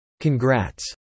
Congrats